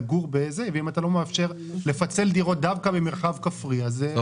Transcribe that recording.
אין התייחסות נקודתית שמחריגה את המרחב הכפרי.